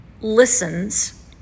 listens